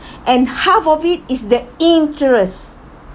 and half of it is the interest